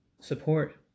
support